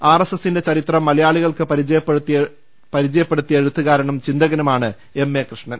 R S എസിന്റെ ചരിത്രം മലയാളികൾക്ക് പരിചയപ്പെടുത്തിയ എഴുത്തുകാരനും ചിന്തകനുമാണ് എം എ കൃഷ്ണൻ